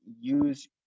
use